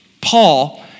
Paul